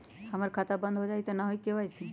हमर खाता बंद होजाई न हुई त के.वाई.सी?